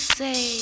say